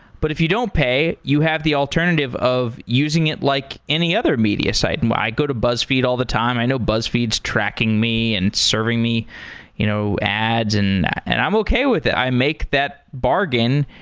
but if you don't pay, you have the alternative of using it like any other media site. and i go to buzzfeed all the time. i know buzzfeed is tracking me and serving me you know ads, and and i'm okay with it. make that bargain,